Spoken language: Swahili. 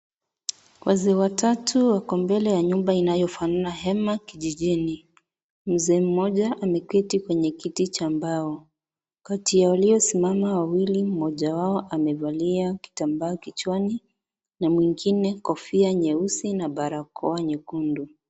Wazee wawili wako mbele ya nyumba inafanana hema kijijini mzee mmoja ameketi kwenye kiti cha mbao mmoja wao ambao wamesimama amevalia kitambaa kichwani na mwingine kofia nyeusi na barakoa nyekundu.